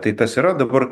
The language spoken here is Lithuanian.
tai tas yra dabar